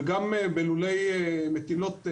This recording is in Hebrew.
וגם בלולי מטילות,